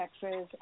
Texas